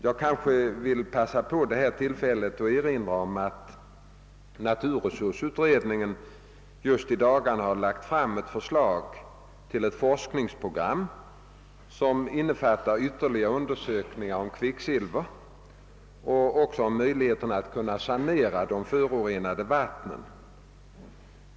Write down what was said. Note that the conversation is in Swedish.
Jag vill passa på tillfället att erinra om att naturresursutredningen i dagarna har lagt fram ett förslag till forskningsprogram, som innefattar ytterligare undersökningar om kvicksilver och också om möjligheterna att sanera de förorenade vattnen.